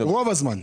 רוב הזמן.